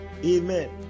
amen